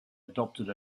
adopted